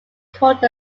called